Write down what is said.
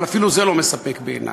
אבל אפילו זה לא מספק בעיני.